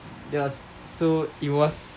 that was so it was